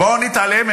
בואו נתעלם.